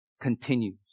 Continues